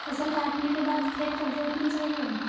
फसल काटने के बाद खेत कब जोतना चाहिये?